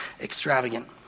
extravagant